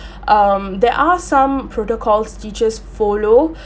um there are some protocols teachers follow